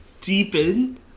deepen